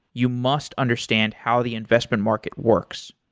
you must understand how the investment market works.